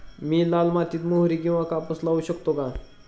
मी लाल मातीत मोहरी किंवा कापूस लावू शकतो का?